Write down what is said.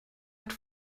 hat